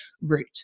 route